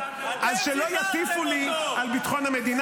אז שלא יטיפו לי על ביטחון המדינה.